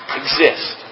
exist